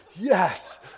yes